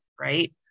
right